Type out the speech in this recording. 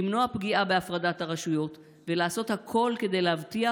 למנוע פגיעה בהפרדת הרשויות ולעשות הכול כדי להבטיח